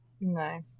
No